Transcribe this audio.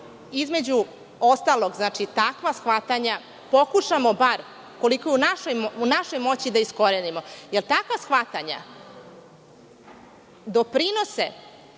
između ostalog, znači takva shvatanja pokušamo bar koliko je u našoj moći da iskorenimo. Takva shvatanja doprinose